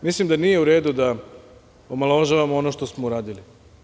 Znate šta, mislim da nije u redu da omalovažavamo ono što smo uradili.